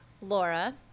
Laura